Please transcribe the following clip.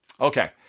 okay